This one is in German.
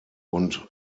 und